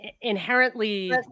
inherently